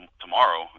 tomorrow